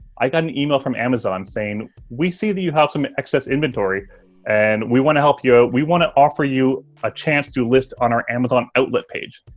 i got an email from amazon saying, we see that you have some excess inventory and we want to help you out. ah we want to offer you a chance to list on our amazon outlet page.